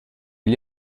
gli